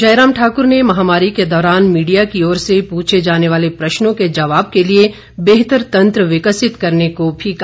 जयराम ठाकुर ने महामारी के दौरान मीडिया की ओर से पूछे जाने वाले प्रश्नों के जबाव के लिए बेहतर तंत्र विकसित करने को भी कहा